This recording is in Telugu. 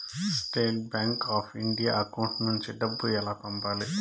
State bank of India account నుంచి డబ్బులు ఎలా పంపాలి?